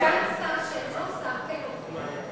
ואיזה ראש הדביקו לרגליים של חברת הכנסת,